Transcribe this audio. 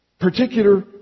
particular